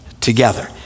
together